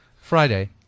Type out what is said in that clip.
Friday